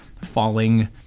falling